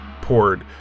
poured